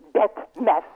bet mes